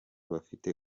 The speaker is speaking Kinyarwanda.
bafite